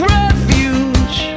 refuge